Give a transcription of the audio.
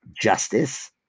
Justice